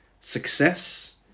success